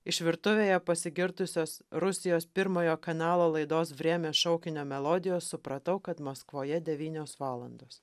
iš virtuvėje pasigirdusios rusijos pirmojo kanalo laidos vrėmia šaukinio melodijos supratau kad maskvoje devynios valandos